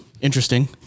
interesting